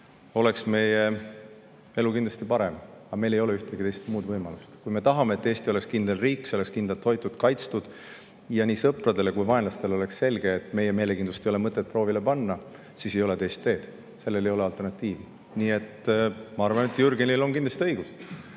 oleks meie elu kindlasti parem, aga meil ei ole ühtegi muud võimalust. Kui me tahame, et Eesti oleks kindel riik, Eesti oleks kindlalt hoitud ja kaitstud ning nii sõpradele kui ka vaenlastele oleks selge, et meie meelekindlust ei ole mõtet proovile panna, siis ei ole teist teed, sellele ei ole alternatiivi. Nii et ma arvan, et Jürgenil on kindlasti õigus.